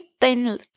thin